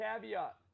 caveat